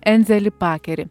enzelį pakerį